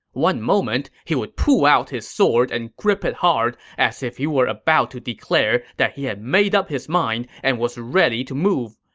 one moment, he would pull out his sword and grip it hard, as if he were about to declare that he had made up his mind and was ready to spring